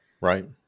Right